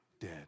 dead